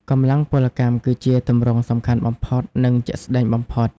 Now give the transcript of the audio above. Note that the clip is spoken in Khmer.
កម្លាំងពលកម្ម គឺជាទម្រង់សំខាន់បំផុត និងជាក់ស្តែងបំផុត។